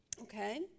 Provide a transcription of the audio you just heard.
Okay